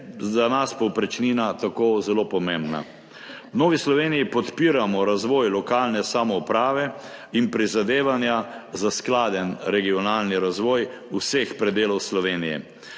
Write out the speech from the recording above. za nas povprečnina tako zelo pomembna? V Novi Sloveniji podpiramo razvoj lokalne samouprave in prizadevanja za skladen regionalni razvoj vseh predelov Slovenije.